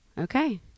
Okay